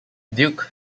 duke